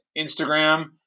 Instagram